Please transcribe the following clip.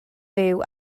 fyw